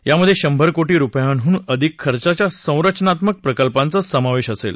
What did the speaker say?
यामधे शंभर कोटी रुपयांहून अधिक खर्चाच्या संरचनात्मक प्रकल्पांचा समावेश असेल